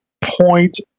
point